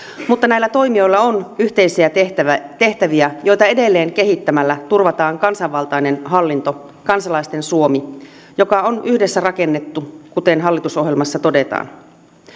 mutta näillä toimijoilla on yhteisiä tehtäviä tehtäviä joita edelleen kehittämällä turvataan kansanvaltainen hallinto kansalaisten suomi joka on yhdessä rakennettu kuten hallitusohjelmassa todetaan